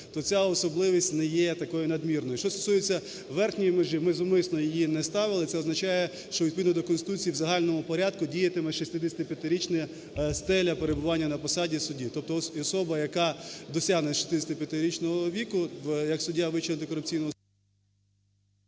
то ця особливість не є такою надмірною. Що стосується верхньої межі, ми зумисно її не ставили, це означає, що відповідно до Конституції в загальному порядку діятиме 65-річна стеля перебування на посаді судді. Тобто особа, яка досягне 65-річного віку як суддя Вищого антикорупційного суду…